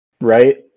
right